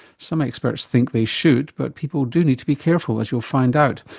some experts think they should but people do need to be careful, as you'll find out.